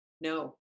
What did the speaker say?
No